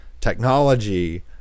technology